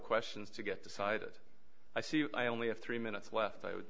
questions to get decided i see i only have three minutes left i would